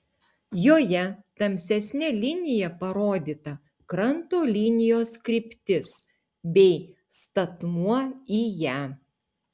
joje tamsesne linija parodyta kranto linijos kryptis bei statmuo į ją